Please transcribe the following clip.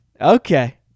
okay